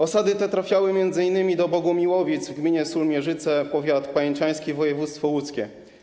Osady te trafiały m.in. do Bogumiłowic w gminie Sulmierzyce, powiat pajęczański, województwo łódzkie.